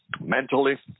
mentally